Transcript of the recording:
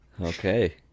Okay